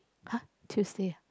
!huh! Tuesday ah